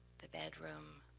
the bedroom,